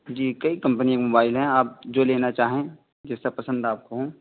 جی کئی کمپنی کے موبائل ہیں آپ جو لیںا چاہیں جیسا پسند آپ کو ہو